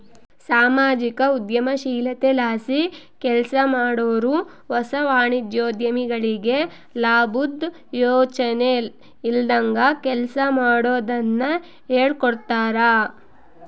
ಸಾಮಾಜಿಕ ಉದ್ಯಮಶೀಲತೆಲಾಸಿ ಕೆಲ್ಸಮಾಡಾರು ಹೊಸ ವಾಣಿಜ್ಯೋದ್ಯಮಿಗಳಿಗೆ ಲಾಬುದ್ ಯೋಚನೆ ಇಲ್ದಂಗ ಕೆಲ್ಸ ಮಾಡೋದುನ್ನ ಹೇಳ್ಕೊಡ್ತಾರ